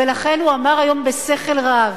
ולכן הוא אמר היום בשכל רב: